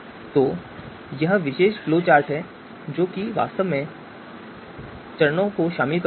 तो यह विशेष फ़्लोचार्ट है जो वास्तव में चरणों को शामिल करता है